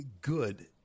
good